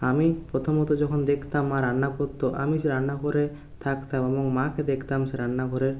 আমি প্রথমত যখন দেখতাম মা রান্না করত আমি সে রান্নাঘরে থাকতাম এবং মাকে দেখতাম সে রান্নাঘরে